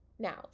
Now